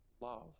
love